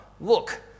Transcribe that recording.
Look